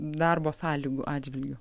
darbo sąlygų atžvilgiu